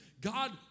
God